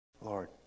Lord